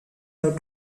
have